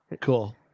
Cool